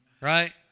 right